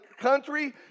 country